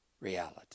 reality